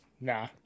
nah